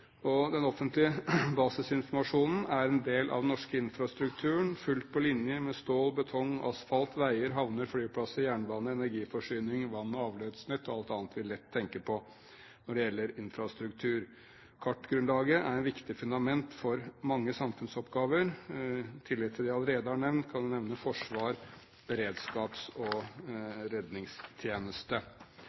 Den offentlige basisinformasjonen er en del av den norske infrastrukturen fullt på linje med stål, betong, asfalt, veier, havner, flyplasser, jernbane, energiforsyning, vann- og avløpsnett og alt annet vi lett tenker på når det gjelder infrastruktur. Kartgrunnlaget er et viktig fundament for mange samfunnsoppgaver. I tillegg til dem jeg allerede har nevnt, kan jeg nevne forsvar, beredskaps- og redningstjeneste.